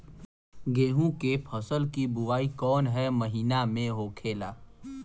गेहूँ के फसल की बुवाई कौन हैं महीना में होखेला?